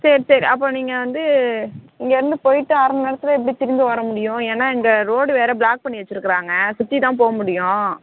சரி சரி அப்போ நீங்கள் வந்து இங்கிருந்து போய்விட்டு அரை மணி நேரத்திலே எப்படி திரும்பி வரமுடியும் ஏன்னால் இந்த ரோடு வேறு பிளாக் பண்ணி வச்சுருக்கிறாங்க சுற்றிதான் போக முடியும்